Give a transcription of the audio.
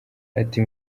ati